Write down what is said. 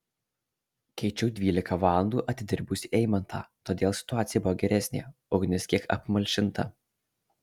keičiau dvylika valandų atidirbusį eimantą todėl situacija buvo geresnė ugnis kiek apmalšinta